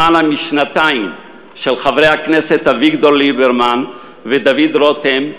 משנתיים של חברי הכנסת אביגדור ליברמן ודוד רותם,